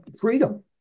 freedom